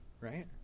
right